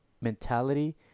mentality